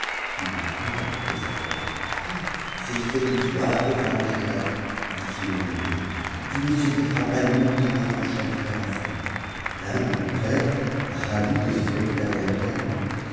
il ne douta plus de sa perte c'est fait to pauvre amgiad dit-il en lui-même tu ne survivras pas long ps a ton cher frère assad la dame au contraire ravie de ce spec